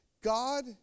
God